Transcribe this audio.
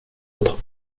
autres